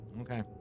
Okay